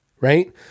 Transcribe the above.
right